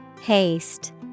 Haste